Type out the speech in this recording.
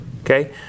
Okay